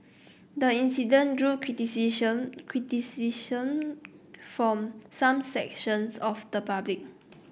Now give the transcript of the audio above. the incident drew from some sections of the public